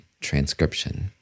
transcription